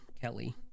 Kelly